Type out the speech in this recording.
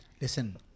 listen